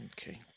Okay